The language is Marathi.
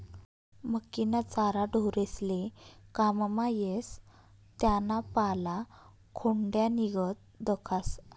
मक्कीना चारा ढोरेस्ले काममा येस त्याना पाला खोंड्यानीगत दखास